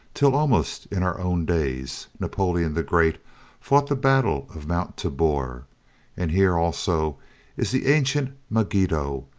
till, almost in our own days, napoleon the great fought the battle of mount tabor and here also is the ancient megiddo,